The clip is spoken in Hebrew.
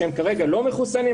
שכרגע הם לא מחוסנים.